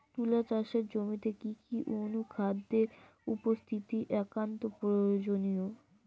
তুলা চাষের জমিতে কি কি অনুখাদ্যের উপস্থিতি একান্ত প্রয়োজনীয়?